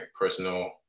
personal